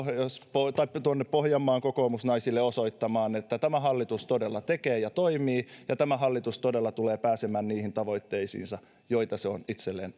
tuonne pohjanmaan kokoomusnaisille osoittamaan että tämä hallitus todella tekee ja toimii ja tämä hallitus todella tulee pääsemään niihin tavoitteisiin joita se on itselleen